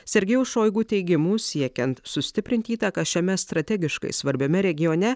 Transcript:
sergejaus šoigu teigimu siekiant sustiprint įtaką šiame strategiškai svarbiame regione